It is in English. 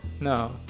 No